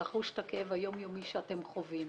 ולחוש את הכאב היום-יומי שאתם חווים.